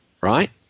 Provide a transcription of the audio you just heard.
right